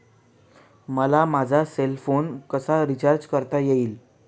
मला माझा cell phone कसा रिचार्ज करता येईल?